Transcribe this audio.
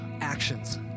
actions